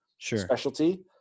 specialty